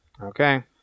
Okay